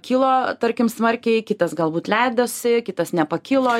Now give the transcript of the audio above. kilo tarkim smarkiai kitas galbūt leidosi kitas nepakilo